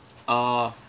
oh